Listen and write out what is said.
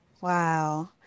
Wow